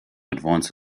advance